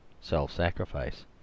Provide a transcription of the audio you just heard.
self-sacrifice